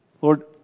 Lord